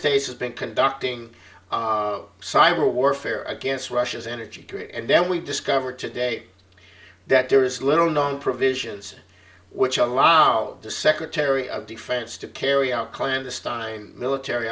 states has been conducting cyber warfare against russia's energy grid and then we discovered today that there is little known provisions which allow the secretary of defense to carry out a plan the stein military